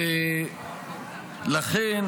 ולכן,